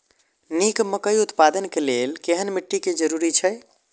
निक मकई उत्पादन के लेल केहेन मिट्टी के जरूरी छे?